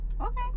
Okay